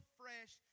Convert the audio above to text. fresh